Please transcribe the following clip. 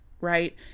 right